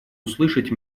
услышать